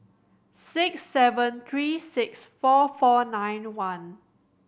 six seven three six four four nine one